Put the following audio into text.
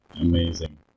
Amazing